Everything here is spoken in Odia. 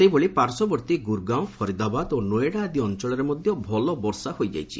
ସେହିଭଳି ପାଶ୍ୱବର୍ତ୍ତୀ ଗୁରଗାଓଁ ଫରିଦାବାଦ ଓ ନୋଏଡା ଆଦି ଅଞ୍ଚଳରେ ମଧ୍ୟ ଭଲ ବର୍ଷା ହୋଇଯାଇଛି